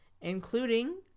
including